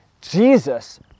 Jesus